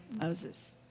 Moses